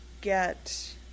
get